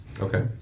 Okay